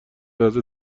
لحظه